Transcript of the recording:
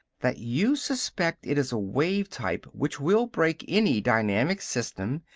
that you suspect it is a wave-type which will break any dynamic system,